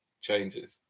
changes